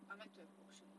I like to have options